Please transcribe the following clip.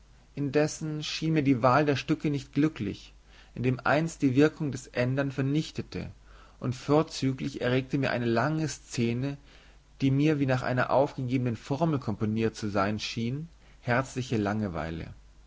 indessen schien mir die wahl der stücke nicht glücklich indem eins die wirkung des ändern vernichtete und vorzüglich erregte mir eine lange szene die mir wie nach einer aufgegebenen formel komponiert zu sein schien herzliche langeweile